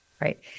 right